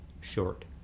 short